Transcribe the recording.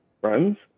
friends